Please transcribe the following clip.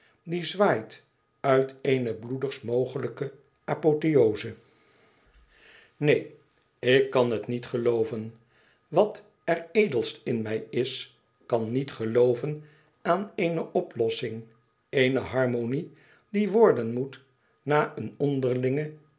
die zwaait uit eene bloedigst mogelijke apotheoze neen ik kan het niet gelooven wat er edelst in mij is kàn niet gelooven aan eene oplossing eene harmonie die worden moet na een onderlinge